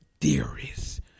theories